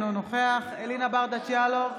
אינו נוכח אלינה ברדץ' יאלוב,